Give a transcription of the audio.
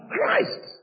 Christ